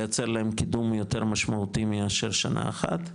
לייצר להם קידום יותר משמעותי מאשר שנה אחת,